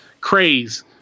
craze